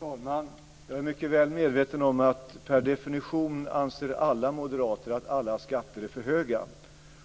Herr talman! Jag är mycket väl medveten om att alla moderater per definition anser att alla skatter är för höga.